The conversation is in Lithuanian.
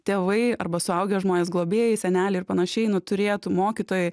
tėvai arba suaugę žmonės globėjai seneliai ir panašiai nu turėtų mokytojai